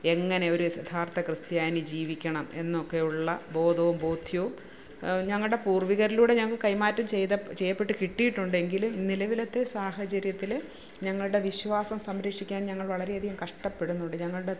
എങ്ങനെ ഒര് യഥാർത്ഥ ക്രിസ്ത്യാനി ജീവിക്കണം എന്നൊക്കെ ഉള്ള ബോധവും ബോധ്യവും ഞങ്ങളുടെ പൂർവ്വികരിലൂടെ ഞങ്ങൾക്ക് കൈമാറ്റം ചെയ്ത ചെയ്യപ്പെട്ട് കിട്ടിയിട്ടുണ്ട് എങ്കിലും നിലവിലത്തെ സാഹചര്യത്തില് ഞങ്ങളുടെ വിശ്വാസം സംരക്ഷിക്കാൻ ഞങ്ങൾ വളരെയധികം കഷ്ട്ടപെടുന്നുണ്ട് ഞങ്ങളുടെ